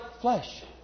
flesh